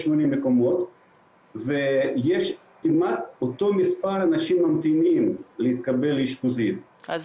מקומות ויש כמעט אותו מספר אנשים שממתינים להתקבל לאשפוזיות,